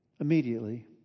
Immediately